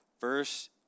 Verse